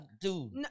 Dude